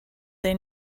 they